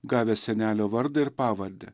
gavęs senelio vardą ir pavardę